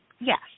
Yes